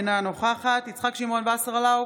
אינה נוכחת יצחק שמעון וסרלאוף,